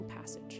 passage